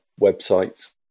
websites